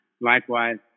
Likewise